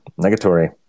Negatory